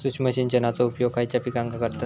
सूक्ष्म सिंचनाचो उपयोग खयच्या पिकांका करतत?